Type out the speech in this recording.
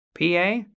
PA